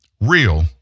real